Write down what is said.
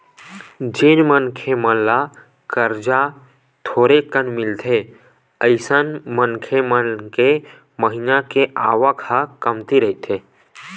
जेन मनखे मन ल करजा थोरेकन मिलथे अइसन मनखे मन के महिना के आवक ह कमती रहिथे